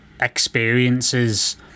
experiences